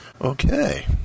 Okay